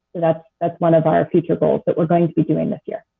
that's that's one of our future goals that we are going to be doing this year.